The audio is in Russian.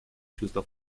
чувство